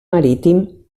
marítim